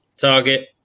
target